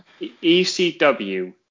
ECW